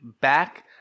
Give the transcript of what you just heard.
back